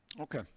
Okay